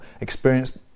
experienced